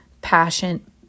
passion